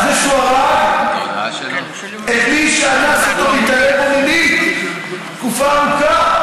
על זה שהוא הרג את מי שאנס אותו והתעלל בו מינית תקופה ארוכה.